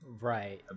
right